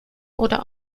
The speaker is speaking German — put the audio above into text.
oder